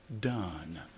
done